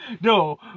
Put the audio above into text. No